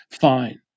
fine